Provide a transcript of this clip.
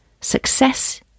Success